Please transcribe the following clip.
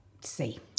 see